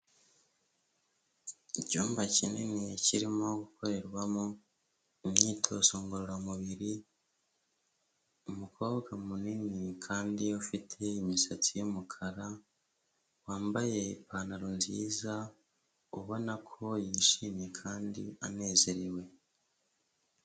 Icyumba kinini kirimo gukorerwamo imyitozo ngororamubiri, umukobwa munini kandi ufite imisatsi y'umukara wambaye ipantaro nziza ubona ko yishimye kandi anezerewe.